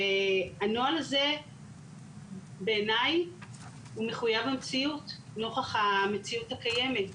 הנוהל הזה בעיני הוא מחויב במציאות נוכח המציאות הקיימת,